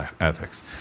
ethics